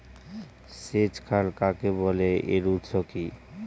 সেচ খাল কাকে বলে এর উৎস কি?